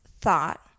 thought